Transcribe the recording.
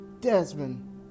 Desmond